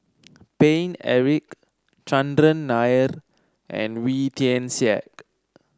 Paine Eric Chandran Nair and Wee Tian Siak